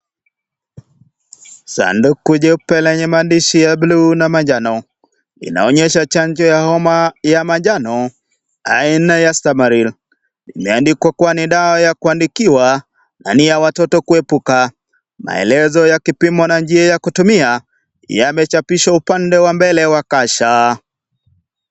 Sanduku jeupe lenye maandishi ya buluu na manjano, inaonyesha chanjo ya homa ya manjano aina ya Stamaryl. Imeandikwa kuwa ni dawa ya kuandikiwa na ni ya watoto kuepuka. Maelezo ya kipimo na njia ya kutumia yamechapishwa upande wa mbele wa kasha.